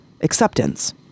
acceptance